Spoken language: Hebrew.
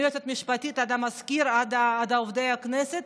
מהיועצת המשפטית ועד המזכיר ועד עובדי הכנסת?